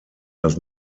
does